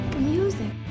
music